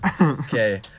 Okay